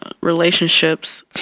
relationships